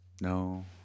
no